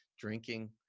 drinking